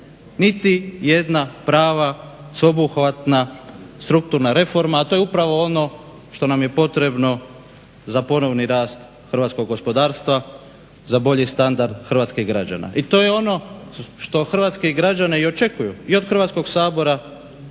Niti jedna prava sveobuhvatna strukturna reforma, a to je upravo ono što nam je potrebno za ponovni rast hrvatskog gospodarstva, za bolji standard hrvatskih građana. I to je ono što hrvatski građani i očekuju i od Hrvatskog sabora